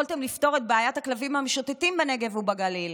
יכולתם לפתור את בעיית הכלבים המשוטטים בנגב ובגליל,